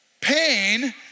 Pain